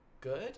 good